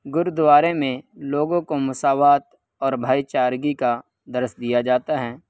گرودوارے میں لوگوں کو مساوات اور بھائی چارگی کا درس دیا جاتا ہے